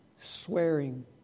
swearing